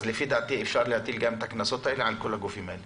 אז לפי דעתי אפשר להטיל גם את הקנסות על כל הגופים האלה.